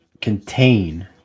contain